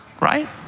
right